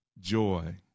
joy